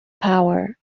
power